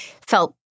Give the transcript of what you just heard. felt